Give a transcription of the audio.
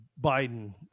Biden